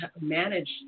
manage